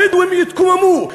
הבדואים יתקוממו,